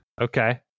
Okay